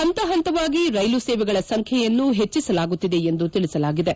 ಹಂತ ಹಂತವಾಗಿ ರೈಲು ಸೇವೆಗಳ ಸಂಖ್ಯೆಯನ್ನು ಹೆಚ್ಚಿಸಲಾಗುತ್ತಿದೆ ಎಂದು ತಿಳಿಸಲಾಗಿದೆ